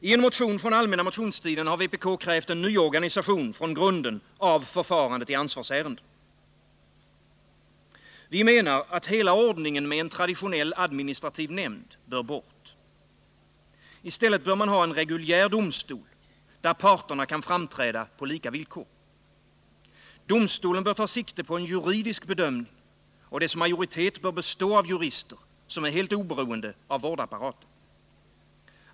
I en motion under allmänna motionstiden har vpk krävt en nyorganisation från grunden av förfarandet i ansvarsärenden. Vi menar att hela ordningen med en traditionell administrativ nämnd bör bort. I stället bör man ha en reguljär domstol, där parterna kan framträda på lika villkor. Domstolen bör ta sikte på en juridisk bedömning, och dess majoritet bör bestå av jurister som är helt oberoende av vårdapparaten.